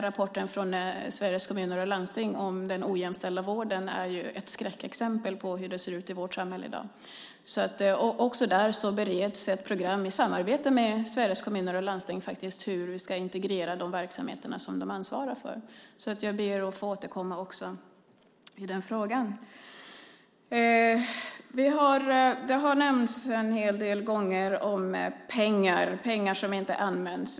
Rapporten från Sveriges Kommuner och Landsting om den ojämställda vården är ju ett skräckexempel på hur det ser ut i vårt samhälle i dag. Också där bereds ett program, i samarbete med Sveriges Kommuner och Landsting faktiskt, om hur vi ska integrera de verksamheter som de ansvarar för. Jag ber att få återkomma också i den frågan. Pengar som inte används har nämnts en hel del gånger.